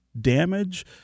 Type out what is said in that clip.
damage